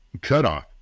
cutoff